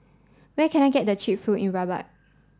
where can I get cheap food in Rabat